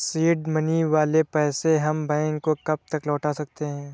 Seed money वाले पैसे हम बैंक को कब तक लौटा सकते हैं?